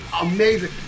amazing